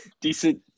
Decent –